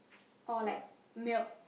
or like milk